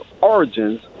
origins